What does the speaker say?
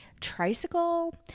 tricycle